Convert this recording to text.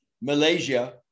Malaysia